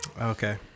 Okay